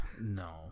No